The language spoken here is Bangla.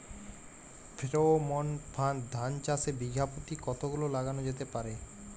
ফ্রেরোমন ফাঁদ ধান চাষে বিঘা পতি কতগুলো লাগানো যেতে পারে?